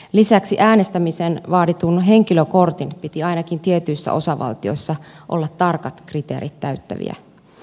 lisäksi äänestämiseen vaaditun henkilökortin piti ainakin tietyissä osavaltioissa olla tarkat kriteerit täyttävä